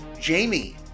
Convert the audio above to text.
Jamie